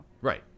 right